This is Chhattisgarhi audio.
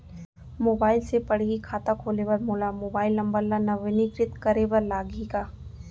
मोबाइल से पड़ही खाता खोले बर मोला मोबाइल नंबर ल नवीनीकृत करे बर लागही का?